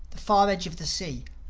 the far edge of the sea,